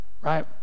right